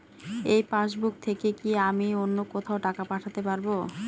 এই পাসবুক থেকে কি আমি অন্য কোথাও টাকা পাঠাতে পারব?